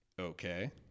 okay